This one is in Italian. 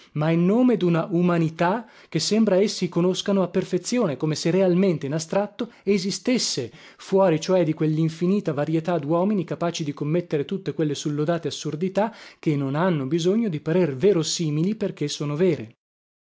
ma in nome duna umanità che sembra essi conoscano a perfezione come se realmente in astratto esistesse fuori cioè di quellinfinita varietà duomini capaci di commettere tutte quelle sullodate assurdità che non hanno bisogno di parer verosimili perché sono vere